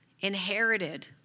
inherited